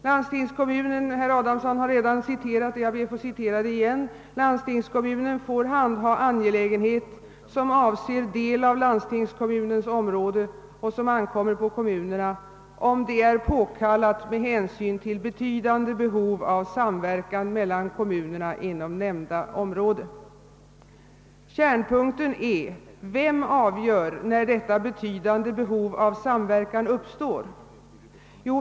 Landstingskommunen får, enligt 1 8 som herr Adamsson redan citerat, handha angelägenhet som avser del av landstingskommunens område och som ankommer på kommunerna, om det är påkallat med hänsyn till betydande behov av samverkan mellan kommunerna inom nämnda del av området. Kärnpunkten är: Vem avgör när detta betydande behov av samverkan uppstår?